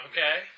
Okay